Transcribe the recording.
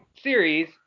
series